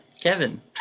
Kevin